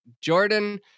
Jordan